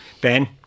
Ben